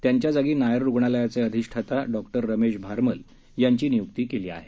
त्यांच्या जागी नायर रुग्णालयाचे अधिष्ठाता डॉक्टर रमेश भारमल यांची नियुक्ती केली आहे